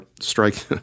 strike